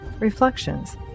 Reflections